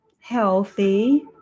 healthy